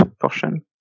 portion